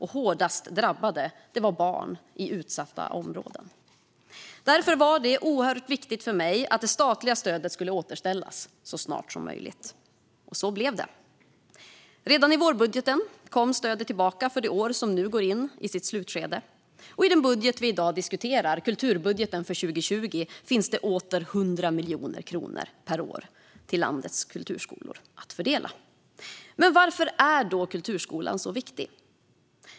Hårdast drabbade var barn i utsatta områden. Därför var det oerhört viktigt för mig att det statliga stödet skulle återställas så snart som möjligt, och så blev det. Redan i vårbudgeten kom stödet tillbaka för det år som nu går in i sitt slutskede, och i den budget vi i dag diskuterar, kulturbudgeten för 2020, finns det åter 100 miljoner kronor per år till landets kulturskolor att fördela. Varför är då kulturskolan så viktig?